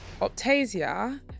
Optasia